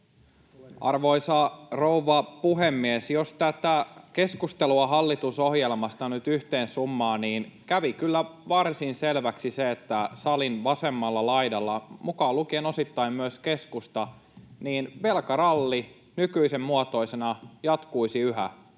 Arvoisa rouva puhemies! Jos tätä keskustelua hallitusohjelmasta nyt yhteen summaa, niin kävi kyllä varsin selväksi se, että salin vasemmalla laidalla — mukaan lukien osittain myös keskusta — velkaralli nykyisen muotoisena jatkuisi yhä